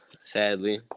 sadly